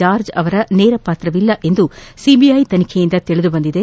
George ಅವರ ನೇರ ಪಾತ್ರವಿಲ್ಲ ಎಂದು ಸಿಬಿಐ ತನಿಖೆಯಿಂದ ತಿಳಿದುಬಂದಿದೆ